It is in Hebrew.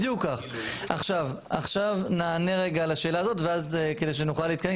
עכשיו נענה על השאלה הזאת כדי שנוכל להתקדם,